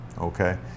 okay